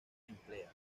emplea